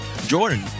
Jordan